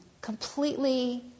completely